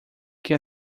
que